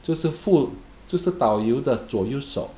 就是辅就是导游的左右手